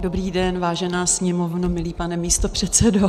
Dobrý den, vážená sněmovno, milý pane místopředsedo.